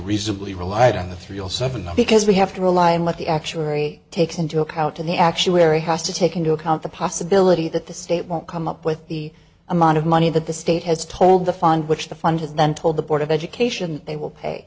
reasonably relied on the three all seven because we have to rely on what the actuary takes into account to the actuary has to take into account the possibility that the state won't come up with the amount of money that the state has told the fund which the fund has then told the board of education they will pay